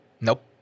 Nope